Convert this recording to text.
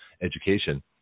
education